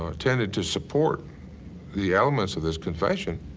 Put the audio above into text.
um tended to support the elements of this confession,